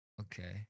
Okay